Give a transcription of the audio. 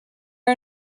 are